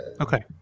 okay